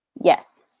Yes